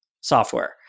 software